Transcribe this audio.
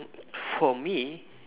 for me